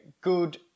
good